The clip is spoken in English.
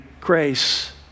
grace